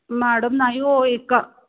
madam नाही हो एका